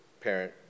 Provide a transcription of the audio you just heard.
parent